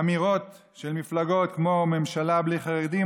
אמירות של מפלגות: ממשלה בלי חרדים,